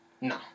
No